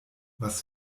was